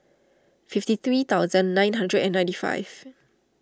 fifty three thousand nine hundred and ninety five